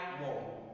more